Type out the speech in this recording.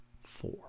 four